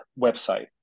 website